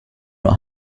not